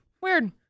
Weird